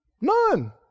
None